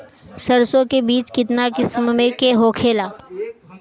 सरसो के बिज कितना किस्म के होखे ला?